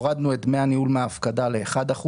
את דמי הניהול מההפקדה לאחוז אחד.